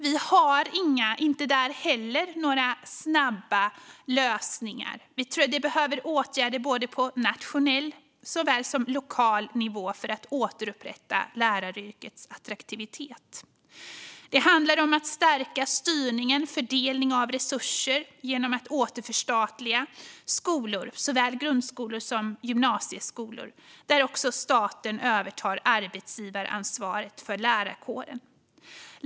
Vi har inte heller där några snabba lösningar. Vi tror att det behövs åtgärder både på nationell och på lokal nivå för att återupprätta läraryrkets attraktivitet. Det handlar om att stärka styrningen och fördelningen av resurser genom att återförstatliga skolor, såväl grundskolor som gymnasieskolor, och därmed överta arbetsgivaransvaret för lärarkåren.